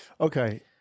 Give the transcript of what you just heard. Okay